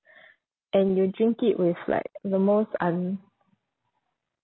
and you drink it with like the most